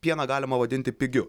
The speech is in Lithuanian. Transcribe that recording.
pieną galima vadinti pigiu